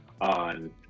on